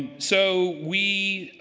so, we